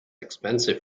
expensive